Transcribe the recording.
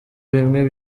bimwe